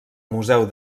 museu